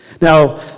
Now